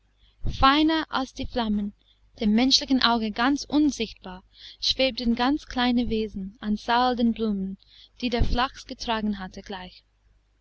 feiner als die flammen dem menschlichen auge ganz unsichtbar schwebten ganz kleine wesen an zahl den blumen die der flachs getragen hatte gleich